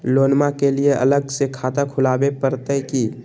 लोनमा के लिए अलग से खाता खुवाबे प्रतय की?